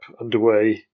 underway